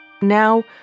Now